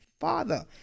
father